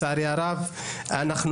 לכן לצערי הרב,